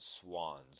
Swans